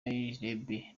liebe